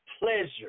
Pleasure